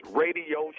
radio